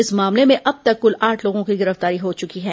इस मामले में अब तक कुल आठ लोगों की गिरफ्तारी हो चुकी है